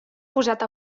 posat